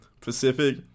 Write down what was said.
Pacific